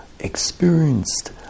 experienced